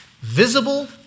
visible